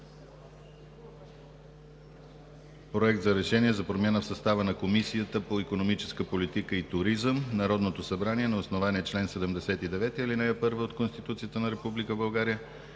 „Проект! РЕШЕНИЕ за промяна в състава на Комисията по икономическа политика и туризъм Народното събрание на основание чл. 79, ал. 1 от Конституцията на Република